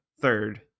third